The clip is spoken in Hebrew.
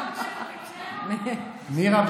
נירה,